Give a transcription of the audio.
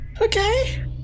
Okay